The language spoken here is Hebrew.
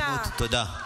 חבר הכנסת ביסמוט, תודה.